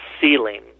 ceiling